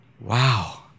wow